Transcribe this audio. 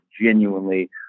genuinely